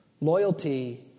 Loyalty